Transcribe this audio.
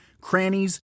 crannies